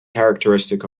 characteristic